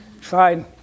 fine